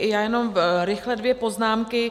Já jenom rychle dvě poznámky.